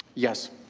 yes.